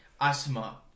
asthma